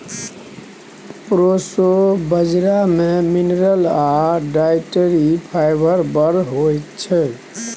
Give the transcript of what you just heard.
proso बजरा मे mineral आ डाइटरी फाइबर बड़ होइ छै